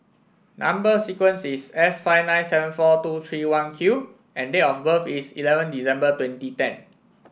number sequence is S five nine seven four two three one Q and date of birth is eleven December twenty ten